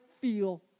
feel